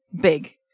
big